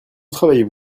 travailliez